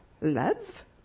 love